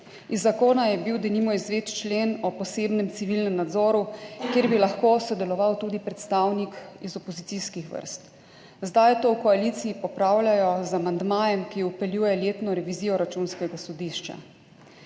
Iz zakona je bil denimo izvzet člen o posebnem civilnem nadzoru, kjer bi lahko sodeloval tudi predstavnik iz opozicijskih vrst. Zdaj to v koaliciji popravljajo z amandmajem, ki vpeljuje letno revizijo Računskega sodišča.